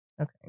Okay